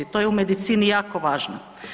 To je u medicini jako važno.